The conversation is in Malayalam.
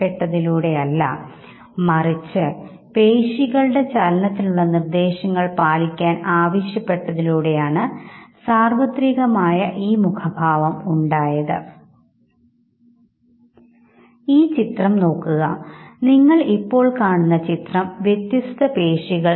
പക്ഷേ തനിച്ചിരിക്കുന്ന അവസ്ഥയിൽ സന്തോഷത്തിൽ ഉപരിയായി ദുഃഖകരമായ അവസ്ഥകളും കൂടി പ്രകടിപ്പിക്കാൻ സാധിക്കുന്നു എന്ന് നമുക്കറിയാം സാംസ്കാരികമായി സമാന പശ്ചാത്തലം പങ്കിടുന്ന ഇന്ന് കൂട്ടായ്മകളിൽ നാം എപ്പോഴും മുഖംമൂടി ധരിക്കാൻ നിർബന്ധിതരാകുന്നു